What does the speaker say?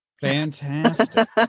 Fantastic